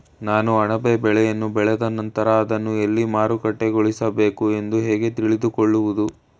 ನಾನು ಅಣಬೆ ಬೆಳೆಯನ್ನು ಬೆಳೆದ ನಂತರ ಅದನ್ನು ಎಲ್ಲಿ ಮಾರುಕಟ್ಟೆಗೊಳಿಸಬೇಕು ಎಂದು ಹೇಗೆ ತಿಳಿದುಕೊಳ್ಳುವುದು?